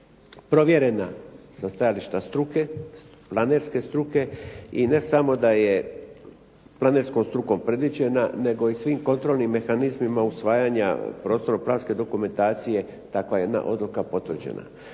provjerena sa stajališta struke, planerske struke i ne samo da je planerskom strukom predviđena nego i svim kontrolnim mehanizmima usvajanja prostorno-planske dokumentacije takva jedna odluka potvrđena.